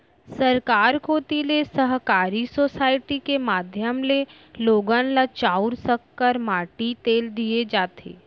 सरकार कोती ले सहकारी सोसाइटी के माध्यम ले लोगन ल चाँउर, सक्कर, माटी तेल दिये जाथे